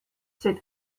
sit